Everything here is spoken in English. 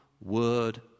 word